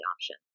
option